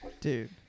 Dude